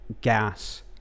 gas